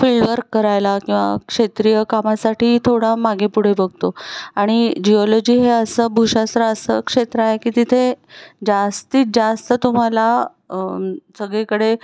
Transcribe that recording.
fieldwork करायला किंवा क्षेत्रीय कामासाठी थोडा मागे पुढे बघतो आणि जिओलॉजी हे असं भूशास्त्र असं क्षेत्र आहे की तिथे जास्तीत जास्त तुम्हाला सगळीकडे